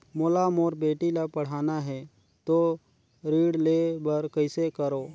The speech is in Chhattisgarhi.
मोला मोर बेटी ला पढ़ाना है तो ऋण ले बर कइसे करो